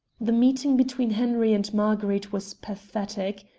the meeting between henri and marguerite was pathetic.